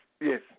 yes